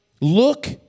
Look